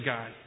God